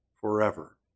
forever